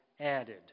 added